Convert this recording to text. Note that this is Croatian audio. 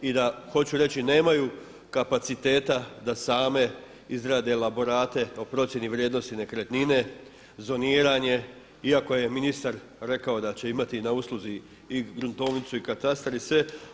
I da hoću reći nemaju kapaciteta da same izrade elaborate o procjeni vrijednosti nekretnine, zoniranje iako je ministar rekao da će imati na usluzi i gruntovnicu i katastar i sve.